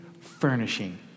furnishing